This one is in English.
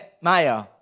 Maya